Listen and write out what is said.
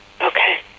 Okay